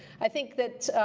i think that